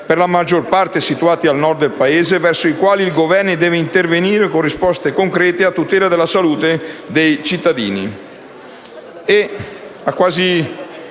per la maggior parte situati al Nord del Paese, verso i quali il Governo deve intervenire con risposte concrete a tutela della salute dei cittadini.